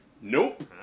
Nope